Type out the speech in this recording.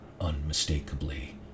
unmistakably